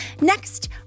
Next